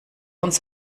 uns